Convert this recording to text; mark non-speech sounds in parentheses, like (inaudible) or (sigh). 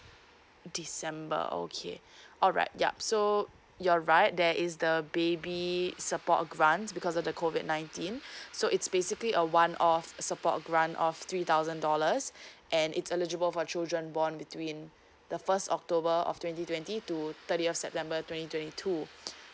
december okay alright yup so you're right there is the baby support grants because of the COVID nineteen (breath) so it's basically a one off support grant of three thousand dollars (breath) and it's eligible for children born between the first october of twenty twenty to thirtieth september twenty twenty two